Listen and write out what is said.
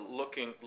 looking